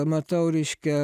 matau reiškia